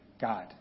God